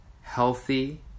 healthy